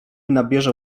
nabierze